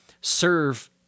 serve